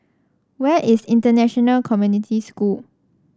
where is International Community School